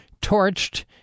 torched